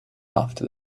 after